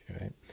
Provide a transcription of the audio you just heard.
right